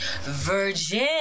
virgin